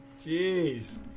Jeez